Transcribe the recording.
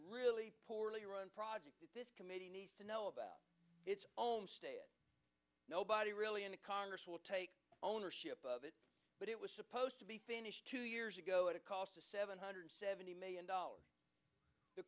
really poorly run project this committee needs to know about its own state nobody really in the congress will take ownership of it but it was supposed to be finished two years ago at a cost of seven hundred seventy million dollars the